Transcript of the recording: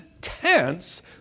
tense